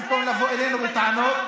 במקום לבוא אלינו בטענות,